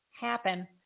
happen